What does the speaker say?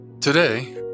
Today